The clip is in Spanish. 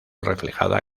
reflejada